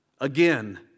again